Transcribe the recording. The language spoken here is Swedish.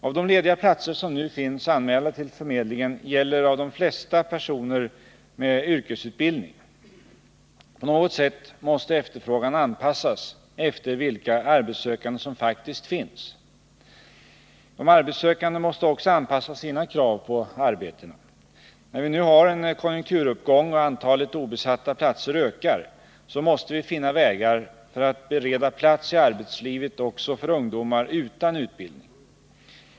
Av de lediga platser som nu finns anmälda till förmedlingen gäller de flesta personer med yrkesutbildning. På något sätt måste efterfrågan anpassas efter vilka arbetssökande som faktiskt finns. De arbetssökande måste också anpassa sina krav på arbetena. När vi nu har en konjunkturuppgång och antalet obesatta platser ökar, måste vi finna vägar för att bereda plats i arbetslivet också för ungdomar utan utbildning.